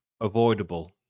avoidable